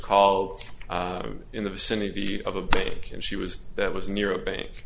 called in the vicinity of a bank and she was that was near a bank